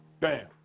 Bam